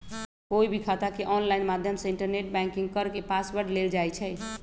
कोई भी खाता के ऑनलाइन माध्यम से इन्टरनेट बैंकिंग करके पासवर्ड लेल जाई छई